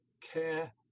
care